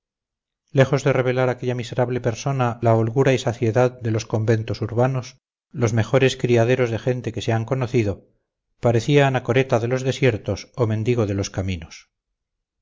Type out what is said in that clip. lejos de revelar aquella miserable persona la holgura y saciedad de los conventos urbanos los mejores criaderos de gente que se han conocido parecía anacoreta de los desiertos o mendigo de los caminos